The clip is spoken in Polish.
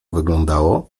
wyglądało